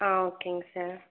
ஆ ஓகேங்க சார்